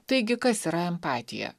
taigi kas yra empatija